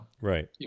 Right